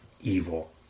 evil